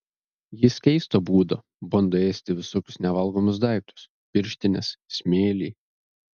jis keisto būdo bando ėsti visokius nevalgomus daiktus pirštines smėlį